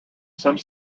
some